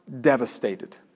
devastated